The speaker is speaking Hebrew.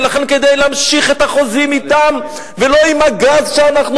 ולכן כדאי להמשיך את החוזים אתם ולא עם הגז שאנחנו